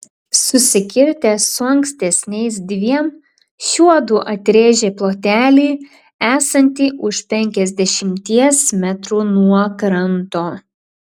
susikirtę su ankstesniais dviem šiuodu atrėžė plotelį esantį už penkiasdešimties metrų nuo kranto